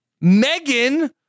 Megan